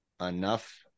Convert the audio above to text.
enough